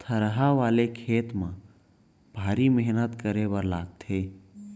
थरहा वाले खेत म भारी मेहनत करे बर लागथे